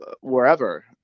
wherever